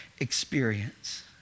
experience